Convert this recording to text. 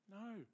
No